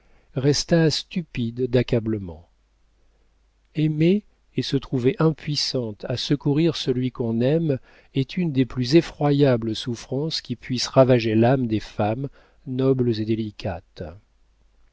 resta stupide d'accablement aimer et se trouver impuissante à secourir celui qu'on aime est une des plus effroyables souffrances qui puissent ravager l'âme des femmes nobles et délicates